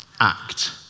act